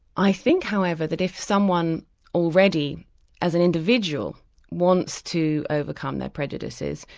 i think however that if someone already as an individual wants to overcome their prejudices,